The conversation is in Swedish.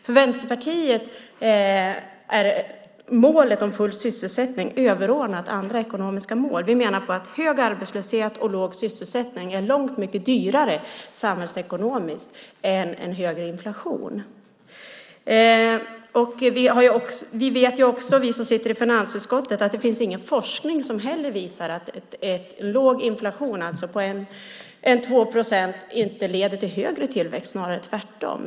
För Vänsterpartiet är målet om full sysselsättning överordnat andra ekonomiska mål. Vi menar att hög arbetslöshet och låg sysselsättning är långt mycket dyrare samhällsekonomiskt än en högre inflation. Vi som sitter i finansutskottet vet också att det finns ingen forskning som visar att låg inflation, alltså på 1-2 procent, leder till högre tillväxt, snarare tvärtom.